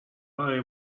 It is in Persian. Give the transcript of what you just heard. برای